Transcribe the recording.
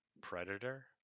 predator